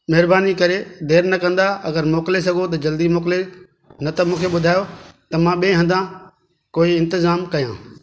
महिरबानी करे देरि न कंदा अगरि मोकिले सघो त जल्दी मोकिले न त मूंखे ॿुधायो त मां ॿिए हंधि कोई इंतिज़ामु कया